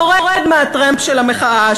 יורד מהטרמפ של המחאה,